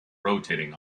rotating